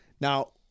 now